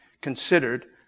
considered